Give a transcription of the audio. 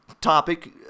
topic